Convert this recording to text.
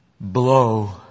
blow